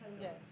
Yes